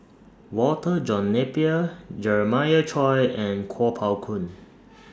Walter John Napier Jeremiah Choy and Kuo Pao Kun